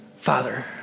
Father